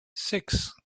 six